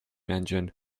engine